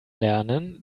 lernen